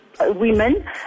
women